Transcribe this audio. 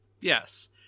Yes